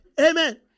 Amen